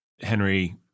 Henry